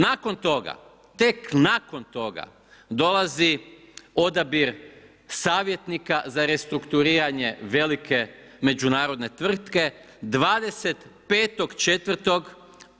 Nakon toga, tek nakon toga, dolazi odabir savjetnika za restrukturiranje velike međunarodne tvrtke, 25.4.